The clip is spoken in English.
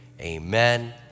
amen